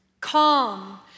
calm